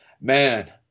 Man